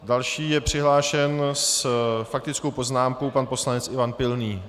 Další je přihlášen s faktickou poznámkou pan poslanec Ivan Pilný.